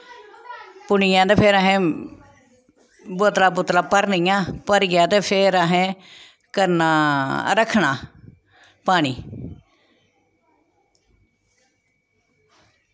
पुनियै ते फिर असें बोतलां बूतलां भरनियां भरियै ते फिर असें करना रक्खना पानी